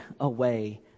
away